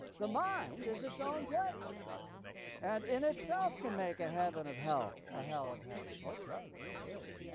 the mind is its own place and in itself can make a heaven of hell, a hell of heaven. okay. gee whiz.